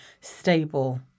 stable